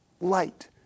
Light